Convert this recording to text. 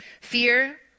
Fear